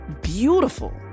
Beautiful